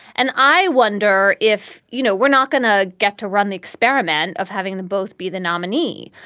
and i wonder if, you know, we're not going to get to run the experiment of having the both be the nominee.